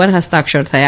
પર ફસ્તાક્ષર થયા